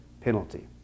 penalty